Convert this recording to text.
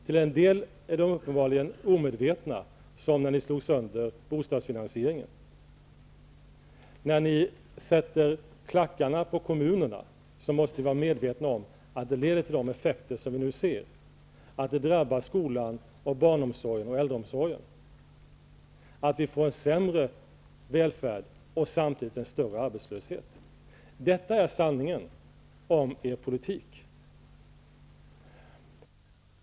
Till en del är ni uppenbarligen omedvetna, som när ni slog sönder bostadsfinansieringen. När ni sätter klackarna på kommunerna, måste ni vara medvetna om att detta leder till de effekter som man nu kan se. Det drabbar skolan, barnomsorgen och äldreomsorgen. Välfärden blir sämre, samtidigt som arbetslösheten blir större. Detta är sanningen om er politik.